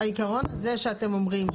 העיקרון הזה שאתם אומרים,